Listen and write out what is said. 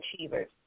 achievers